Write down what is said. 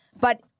But-